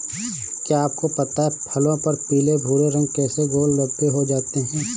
क्या आपको पता है फलों पर पीले भूरे रंग जैसे गोल धब्बे हो जाते हैं?